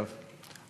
אגב,